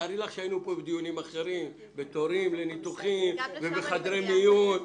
תארי לך שהיינו פה בדיונים אחרים על תורים לניתוחים ועל חדרי מיון.